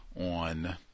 on